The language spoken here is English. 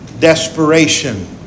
desperation